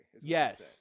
Yes